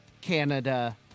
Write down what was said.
Canada